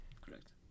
correct